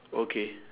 okay